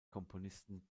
komponisten